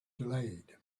delayed